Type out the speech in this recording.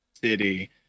City